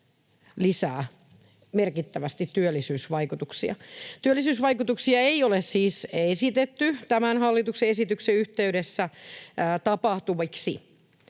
lisää merkittävästi työllisyysvaikutuksia. Työllisyysvaikutuksia ei ole siis esitetty tämän hallituksen esityksen yhteydessä tapahtuviksi.